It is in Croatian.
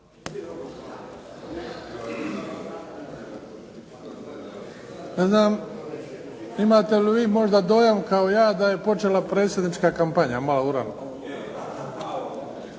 Ne znam imate li vi možda dojam kao ja da je počela predsjednička kampanja